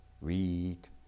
read